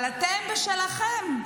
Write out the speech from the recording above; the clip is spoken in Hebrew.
אבל אתם בשלכם,